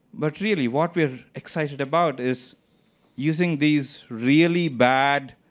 but really, what we are excited about is using these really bad